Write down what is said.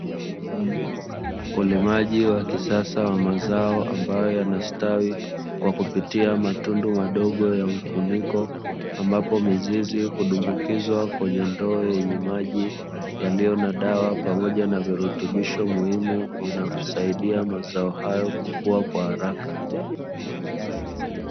Ulimaji wa kisasa wa mazao ambayo yanastawi, kwa kupitia matundu madogo ya mfuniko ambapo mizizi hudumbukizwa kwenye ndoo yenye maji yaliyo na dawa pamoja na virutubishi muhimu vinavyosaidia mazao hayo kukuwa kwa haraka.